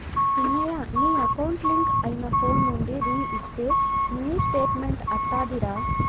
సిన్నయ నీ account link అయిన ఫోన్ నుండి రింగ్ ఇస్తే మినీ స్టేట్మెంట్ అత్తాదిరా